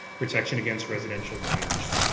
protection against residential fires.